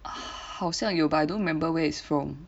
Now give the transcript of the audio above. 好像有 but I don't remember where it's from